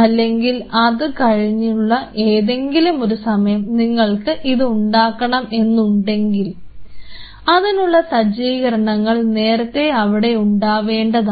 അല്ലെങ്കിൽ അത് കഴിഞ്ഞിട്ടുള്ള ഏതെങ്കിലും ഒരു സമയം നിങ്ങൾക്ക് ഇത് ഉണ്ടാക്കണം എന്നുണ്ടെങ്കിൽ അതിനുള്ള സജ്ജീകരണങ്ങൾ നേരത്തെ അവിടെ ഉണ്ടാവേണ്ടതാണ്